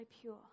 pure